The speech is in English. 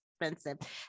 expensive